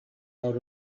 out